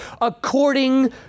according